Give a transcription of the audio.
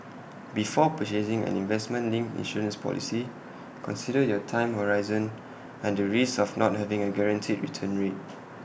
before purchasing an investment linked insurance policy consider your time horizon and the risks of not having A guaranteed return rate